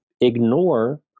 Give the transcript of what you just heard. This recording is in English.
ignore